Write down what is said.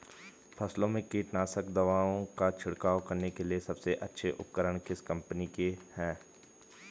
फसलों में कीटनाशक दवाओं का छिड़काव करने के लिए सबसे अच्छे उपकरण किस कंपनी के हैं?